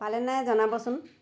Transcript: পালেনে নাই জনাবচোন